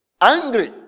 angry